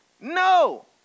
no